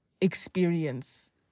experience